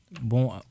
Bon